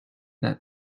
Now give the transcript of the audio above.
that